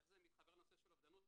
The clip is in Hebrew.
איך זה מתחבר לנושא של אובדנות?